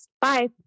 bye